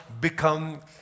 become